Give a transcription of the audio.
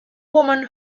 woman